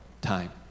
time